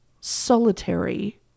solitary